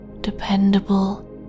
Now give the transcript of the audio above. dependable